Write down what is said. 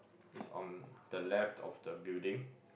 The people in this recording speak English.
is on the left of the building